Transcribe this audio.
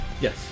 Yes